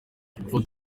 gufata